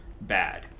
bad